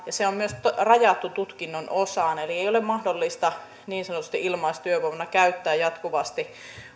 se on myös rajattu tutkinnon osaan eli ei ole mahdollista niin sanotusti ilmaistyövoimana käyttää jatkuvasti